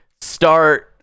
start